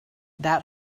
that